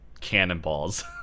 cannonballs